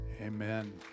Amen